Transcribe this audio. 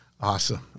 Awesome